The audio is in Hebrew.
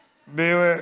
אני קורא, ברשותכם,